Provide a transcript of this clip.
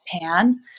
pan